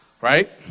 right